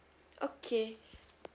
okay